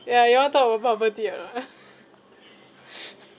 ya you all talk about property or not